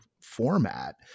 format